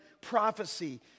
prophecy